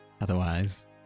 Otherwise